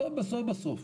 בסוף בסוף בסוף